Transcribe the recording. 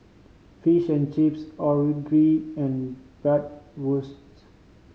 Fish and Chips Onigiri and Bratwurst